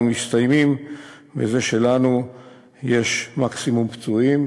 מסתיימים בזה שלנו יש מקסימום פצועים,